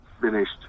finished